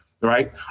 right